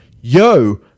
yo